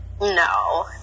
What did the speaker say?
No